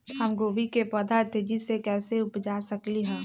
हम गोभी के पौधा तेजी से कैसे उपजा सकली ह?